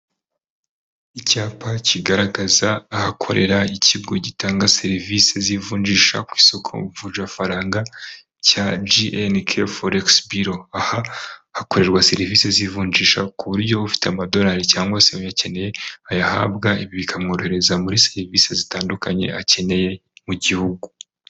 Icyapa kigaragaza ahakorera ikigo gitanga serivisi z'ivunjisha ku isoko mvujfaranga cya GNK Forix Bureau, aha hakorerwa serivisi z'ivunjisha ku buryo ufite amadolari cyangwa se uyakeneye ayahabwa, ibi bikamworohereza muri serivisi zitandukanye akeneye mu gihugu.